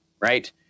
right